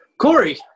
Corey